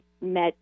met